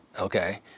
okay